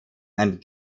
and